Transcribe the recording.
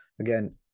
Again